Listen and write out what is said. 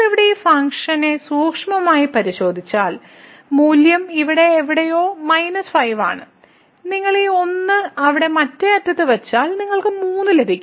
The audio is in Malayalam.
നിങ്ങൾ ഇവിടെ ഈ ഫംഗ്ഷനെ സൂക്ഷ്മമായി പരിശോധിച്ചാൽ മൂല്യം ഇവിടെ എവിടെയോ 5 ആണ് നിങ്ങൾ ഈ 1 അവിടെ മറ്റേ അറ്റത്ത് വച്ചാൽ നമ്മൾക്ക് 3 ലഭിക്കും